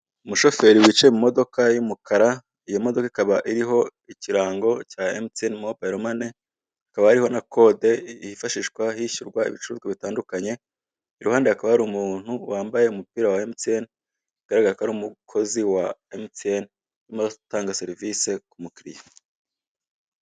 Umushoferi wicaye mu modoka y'umukara, iyo modoka ikaba iriho ikirango cya emutiyeni mobayiromani, hakaba hariho na code yifashishwa hishyurwa ibicuruzwa bitandukanye, ku ruhande hakaba hari umuntu wambaye umupira wa emutiyeni, bigaragara ko ari umukoze wa emutiyeni urimo uratanga serivisi ku mukiriya.